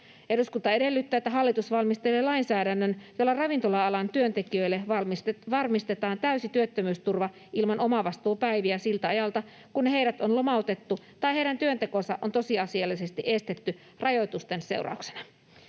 ”Eduskunta edellyttää, että hallitus valmistelee lainsäädännön, jolla ravintola-alan työntekijöille varmistetaan täysi työttömyysturva ilman omavastuupäiviä siltä ajalta, kun heidät on lomautettu tai heidän työntekonsa on tosiasiallisesti estetty rajoitusten seurauksena.”